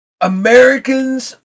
Americans